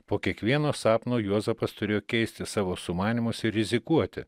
po kiekvieno sapno juozapas turėjo keisti savo sumanymus ir rizikuoti